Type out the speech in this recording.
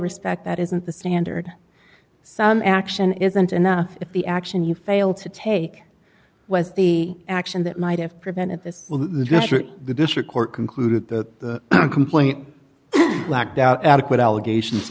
respect that isn't the standard some action isn't enough if the action you failed to take was the action that might have prevented this the district court concluded that the complaint blacked out adequate allegations